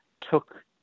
took